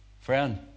Friend